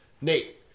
Nate